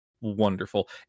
wonderful